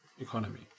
economy